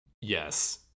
Yes